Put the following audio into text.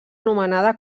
anomenada